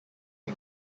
can